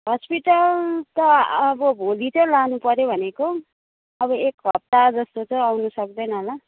hospital त अब भोलि चाहिँ लानु पऱ्यो भनेको अब एक हप्ताजस्तो चाहिँ आउनु सक्दैन होला